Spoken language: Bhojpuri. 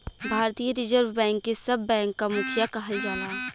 भारतीय रिज़र्व बैंक के सब बैंक क मुखिया कहल जाला